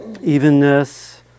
evenness